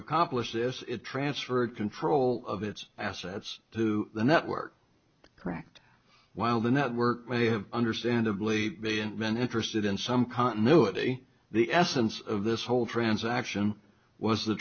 accomplish this transfer of control of its assets to the network correct while the network may have understandably be in been interested in some continuity the essence of this whole transaction was the